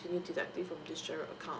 deduct this from this giro account